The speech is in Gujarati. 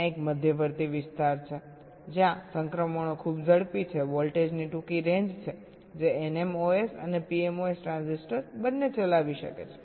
ત્યાં એક મધ્યવર્તી વિસ્તાર છે જ્યાં સંક્રમણો ખૂબ ઝડપી છે વોલ્ટેજની ટૂંકી રેન્જ છે જે NMOS અને PMOS ટ્રાન્ઝિસ્ટર બંને ચલાવી શકે છે